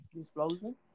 Explosion